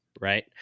right